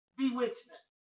bewitchment